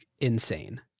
insane